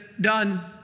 done